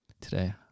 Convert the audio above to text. today